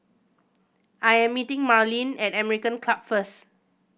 I am meeting Marlene at American Club first